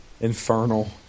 Infernal